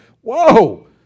whoa